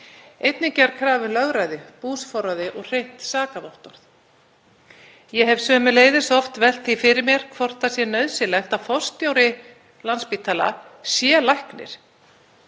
Einnig er gerð krafa um lögræði, búsforræði og hreint sakavottorð. Ég hef sömuleiðis oft velt því fyrir mér hvort nauðsynlegt sé að forstjóri Landspítala sé læknir.